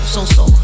So-so